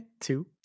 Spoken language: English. Two